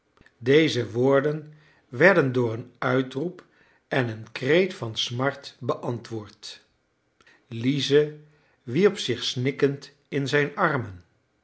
deze woorden werden door een uitroep en een kreet van smart beantwoord lize wierp zich snikkend in zijn armen